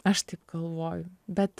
aš taip galvoju bet